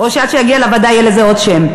או שעד שזה יגיע לוועדה יהיה לזה עוד שם?